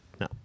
No